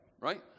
right